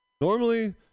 Normally